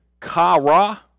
kara